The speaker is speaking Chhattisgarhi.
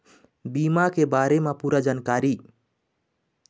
बीमा के बारे म पूरा जानकारी?